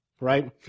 right